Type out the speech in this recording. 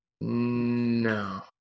No